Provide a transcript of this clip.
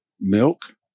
milk